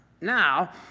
Now